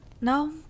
No